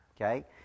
okay